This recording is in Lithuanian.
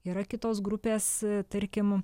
yra kitos grupės tarkim